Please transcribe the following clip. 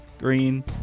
green